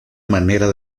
manera